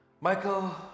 Michael